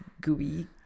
gooey